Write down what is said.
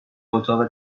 اتاق